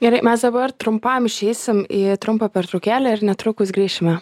gerai mes dabar trumpam išeisim į trumpą pertraukėlę ir netrukus grįšime